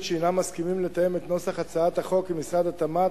שהינם מסכימים לתאם את נוסח הצעת החוק עם משרד התמ"ת,